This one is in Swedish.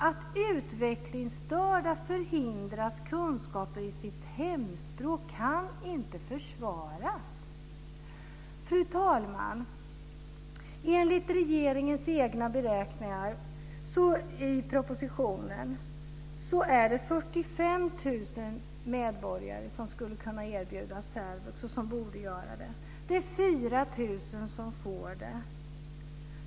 Att utvecklingsstörda förhindras kunskaper i sitt hemspråk kan inte försvaras. Fru talman! Enligt regeringens egna beräkningar i propositionen är det 45 000 medborgare som borde kunna erbjudas särvux. Det är 4 000 som får det.